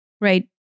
right